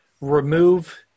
remove